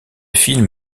film